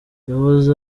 yahoze